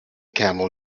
camel